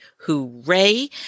Hooray